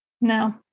No